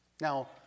Now